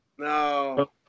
No